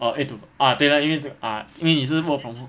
oh eight to fi~ ah 对 lor 因为 ah 因为你是 work from home